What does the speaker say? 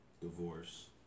divorce